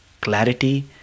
clarity